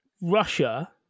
Russia